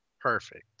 Perfect